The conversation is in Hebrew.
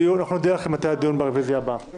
הכנסת פורר לקביעת ועדה לדיון בהצעה לסדר היום